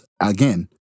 again